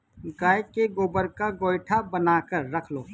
गाय के गोबर का गोएठा बनाकर रख लो